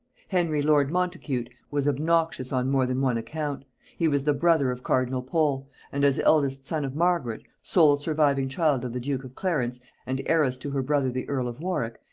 henry lord montacute was obnoxious on more than one account he was the brother of cardinal pole and as eldest son of margaret, sole surviving child of the duke of clarence and heiress to her brother the earl of warwick,